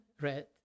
red